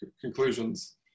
conclusions